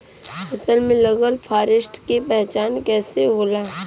फसल में लगल फारेस्ट के पहचान कइसे होला?